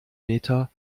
meter